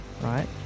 right